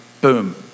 boom